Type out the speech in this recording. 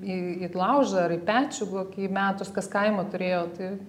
į į laužą ar į pečių kokį įmetus kas kaimą turėjo tai